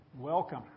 welcome